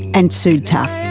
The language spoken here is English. and sue taffe.